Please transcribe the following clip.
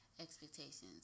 expectations